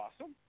awesome